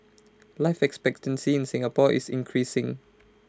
life expectancy in Singapore is increasing